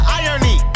irony